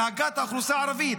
הנהגת האוכלוסייה הערבית.